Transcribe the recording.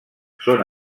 són